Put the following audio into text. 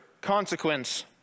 consequence